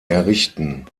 errichten